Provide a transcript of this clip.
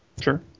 Sure